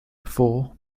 four